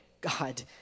God